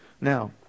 Now